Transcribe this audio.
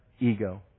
ego